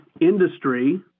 industry